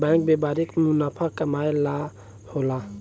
bank व्यापारिक मुनाफा कमाए ला होला